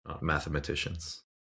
mathematicians